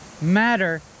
matter